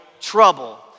trouble